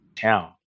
town